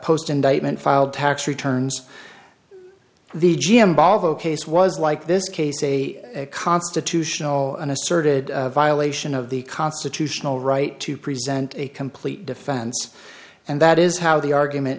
post indictment filed tax returns the g m babo case was like this case a constitutional and asserted violation of the constitutional right to present a complete defense and that is how the argument